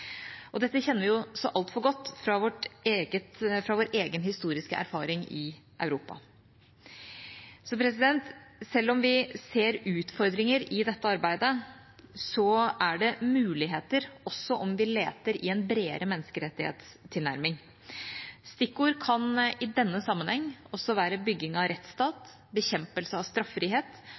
Dette kjenner vi så altfor godt fra vår egen historiske erfaring i Europa. Selv om vi ser utfordringer i dette arbeidet, er det også muligheter, om vi leter i en bredere menneskerettighetstilnærming. Stikkord kan i denne sammenheng også være bygging av rettsstat, bekjempelse av straffrihet,